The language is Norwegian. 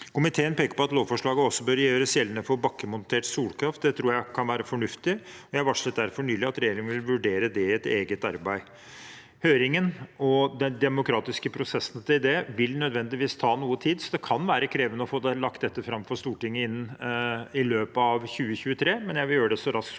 Komiteen peker på at lovforslaget også bør gjøres gjeldende for bakkemontert solkraft. Det tror jeg kan være fornuftig. Jeg varslet derfor nylig at regjeringen vil vurdere det i et eget arbeid. Høringen og den demokratiske prosessen til det vil nødvendigvis ta noe tid. Det kan være krevende å få lagt dette fram for Stortinget i løpet av 2023, men jeg vil gjøre det så raskt som